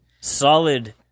solid